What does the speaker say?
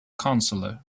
counselor